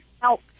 help